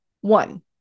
One